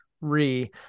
re